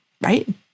right